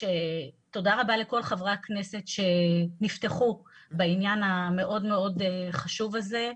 תודה רבה לכל חברי הכנסת שנפתחו בעניין המאוד מאוד חשוב הזה.